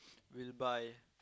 will buy